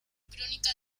crónica